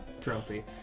trophy